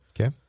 Okay